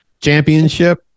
Championship